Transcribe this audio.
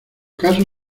caso